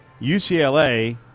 UCLA